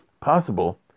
possible